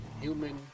human